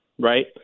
right